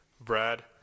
Brad